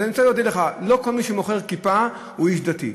אז אני רוצה להגיד לך: לא כל מי שמוכר כיפה הוא איש דתי.